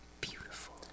Beautiful